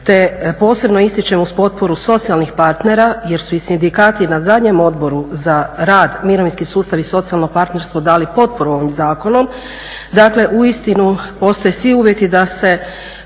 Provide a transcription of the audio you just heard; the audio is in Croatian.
te posebno ističem uz potporu socijalnih partnera jer su i sindikati na zadnjem Odboru za rad, mirovinski sustav i socijalno partnerstvo dali potporu ovom zakonu. Dakle uistinu postoje svi uvjeti da se